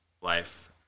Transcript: life